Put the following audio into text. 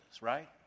right